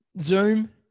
Zoom